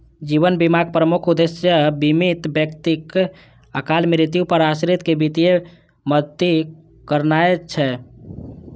जीवन बीमाक प्रमुख उद्देश्य बीमित व्यक्तिक अकाल मृत्यु पर आश्रित कें वित्तीय मदति करनाय छै